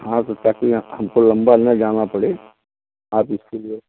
हाँ तो सेटिंग हमको लंबा ना जाना पड़े आप इसके लिए